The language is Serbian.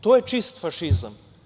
To je čist fašizam.